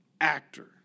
Actor